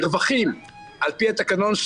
מרווחים על פי התקנון,